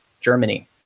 Germany